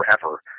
forever